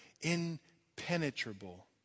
impenetrable